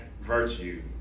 virtue